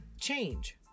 change